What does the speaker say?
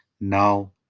now